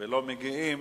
ולא מגיעים.